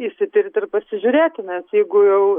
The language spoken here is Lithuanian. išsitirti ir pasižiūrėti nes jeigu jau